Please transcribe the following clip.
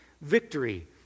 victory